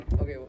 Okay